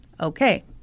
Okay